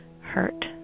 hurt